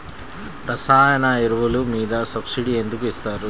రసాయన ఎరువులు మీద సబ్సిడీ ఎందుకు ఇస్తారు?